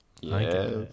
Yes